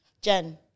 Jen